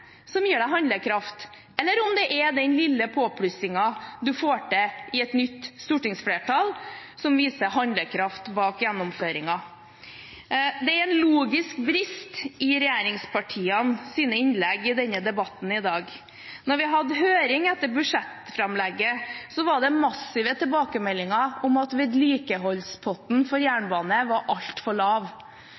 som gir deg handlekraft, eller om det er den lille påplussingen du får til i et nytt stortingsflertall, som viser handlekraft bak gjennomføringen. Det er en logisk brist i regjeringspartienes innlegg i denne debatten i dag. Da vi hadde høring etter budsjettframlegget, var det massive tilbakemeldinger om at vedlikeholdspotten for jernbane var altfor lav.